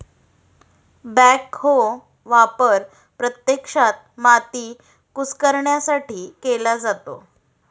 backhoe वापर प्रत्यक्षात माती कुस्करण्यासाठी केला जातो